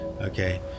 Okay